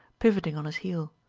pivoting on his heel.